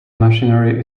machinery